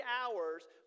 hours